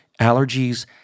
allergies